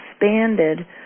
expanded